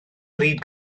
bryd